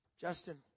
Justin